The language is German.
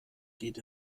geht